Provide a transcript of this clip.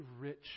rich